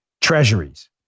treasuries